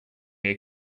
air